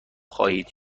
خواهید